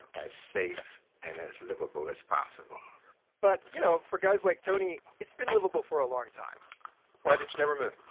as safe and as livable as possible but, you know, for guys like tony, it's been livable for a long time why did you never move?